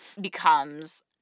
becomes